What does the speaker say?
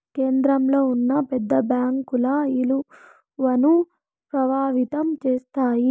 కేంద్రంలో ఉన్న పెద్ద బ్యాంకుల ఇలువను ప్రభావితం చేస్తాయి